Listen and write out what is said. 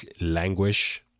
languish